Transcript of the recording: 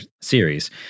series